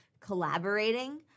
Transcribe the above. collaborating